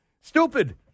Stupid